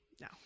No